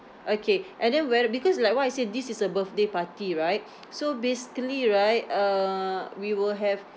okay and then where because like what I said this is a birthday party right so basically right uh we will have